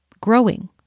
growing